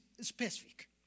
specific